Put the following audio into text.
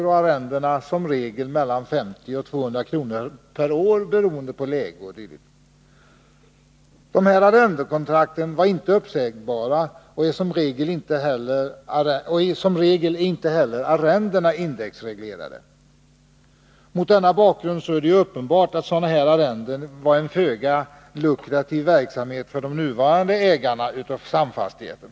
och arrendena i regel mellan 50 och 200 kr. per år, beroende på läge etc. Arrendekontrakten är inte uppsägbara, och som regel är inte heller arrendena indexreglerade. Mot denna bakgrund är det uppenbart att sådana här arrenden är en föga lukrativ verksamhet för de nuvarande ägarna av stamfastigheten.